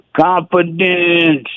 confidence